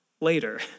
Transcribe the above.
later